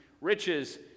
riches